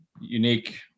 unique